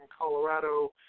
Colorado